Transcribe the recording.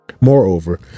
Moreover